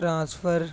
transfer